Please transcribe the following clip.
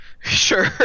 sure